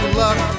luck